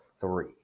three